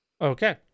Okay